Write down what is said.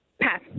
Pass